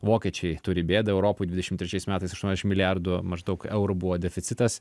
vokiečiai turi bėdą europoj dvidešimt trečiais metais aštuoniasdešimt milijardų maždaug eurų buvo deficitas